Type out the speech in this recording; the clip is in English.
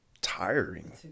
tiring